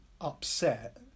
upset